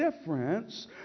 difference